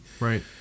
Right